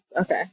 okay